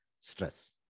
Stress